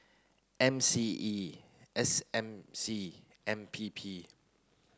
M C E S M C and P P